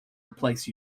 replace